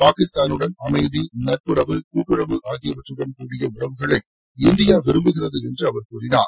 பாகிஸ்தானுடன் அமைதி நட்புறவு கூட்டுறவு ஆகியவற்றுடன் கூடிய உறவுகளை இந்தியா விரும்புகிறது என்று அவர் கூறினார்